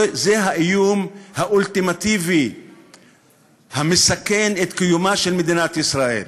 זה האיום האולטימטיבי שמסכן את קיומה של מדינת ישראל.